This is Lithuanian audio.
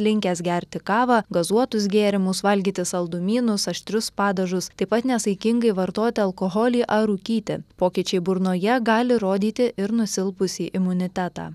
linkęs gerti kavą gazuotus gėrimus valgyti saldumynus aštrius padažus taip pat nesaikingai vartot alkoholį ar rūkyti pokyčiai burnoje gali rodyti ir nusilpusį imunitetą